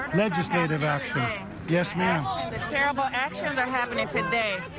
legislative action. yes, ma'am. the terrible actions are happening today.